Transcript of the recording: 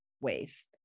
ways